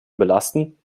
belasten